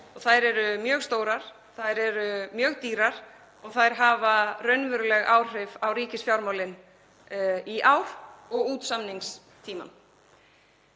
Þær eru mjög stórar, þær eru mjög dýrar og þær hafa raunveruleg áhrif á ríkisfjármálin í ár og út samningstímann.